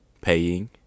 Paying